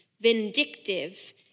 vindictive